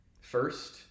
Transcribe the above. First